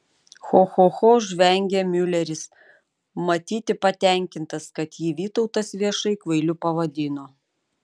cho cho cho žvengė miuleris matyti patenkintas kad jį vytautas viešai kvailiu pavadino